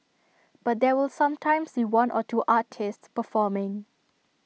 but there will sometimes be one or two artists performing